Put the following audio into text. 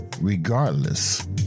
regardless